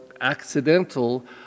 accidental